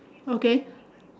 okay